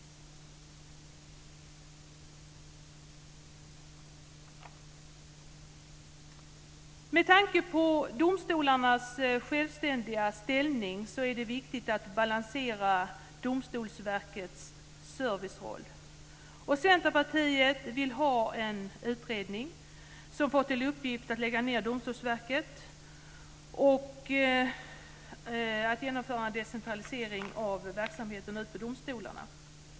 Med tanke på domstolarnas självständiga ställning är det viktigt att balansera Domstolsverkets serviceroll. Centerpartiet vill ha en utredning som får till uppgift att undersöka möjligheten att lägga ned Domstolsverket och genomföra en decentralisering av verksamheten ut till domstolarna.